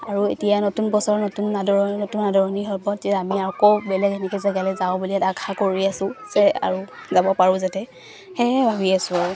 আৰু এতিয়া নতুন বছৰৰ নতুন আদৰণি নতুন আদৰণি হ'ব যে আমি আকৌ বেলেগ এনেকৈ জেগালৈ যাওঁ বুলি এটা আশা কৰি আছো যে আৰু যাব পাৰো যাতে সেয়েহে ভাবি আছো আৰু